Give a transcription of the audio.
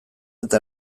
eta